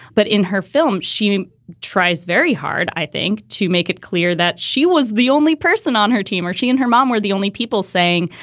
but in her film, she tries very hard, i think, to make it clear that she was the only person on her team or she and her mom were the only people saying,